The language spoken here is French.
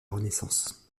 renaissance